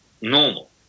normal